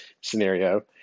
scenario